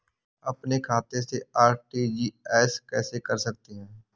अपने खाते से आर.टी.जी.एस कैसे करते हैं?